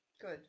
Good